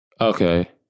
okay